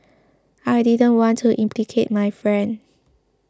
I didn't want to implicate my friend